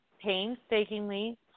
painstakingly